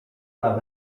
dla